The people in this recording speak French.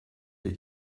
les